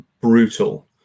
brutal